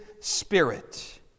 spirit